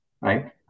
right